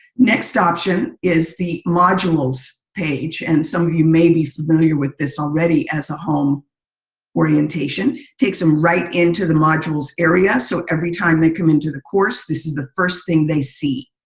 next option is the modules page. and some of you may be familiar with this already as a home orientation. it takes some right in to the modules area. so every time they come in to the course this is the first thing they see.